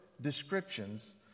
descriptions